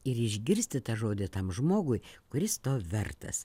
ir išgirsti tą žodį tam žmogui kuris to vertas